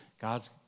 God's